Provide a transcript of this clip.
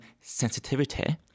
sensitivity